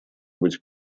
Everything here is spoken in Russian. быть